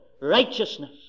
righteousness